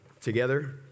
together